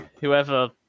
whoever